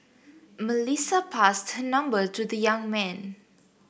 Melissa passed her number to the young man